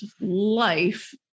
life